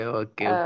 okay